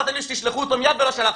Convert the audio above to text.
ואמרתם לי שתשלחו אותו מיד ולא שלחתם.